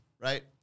right